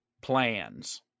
plans